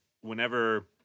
whenever